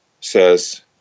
says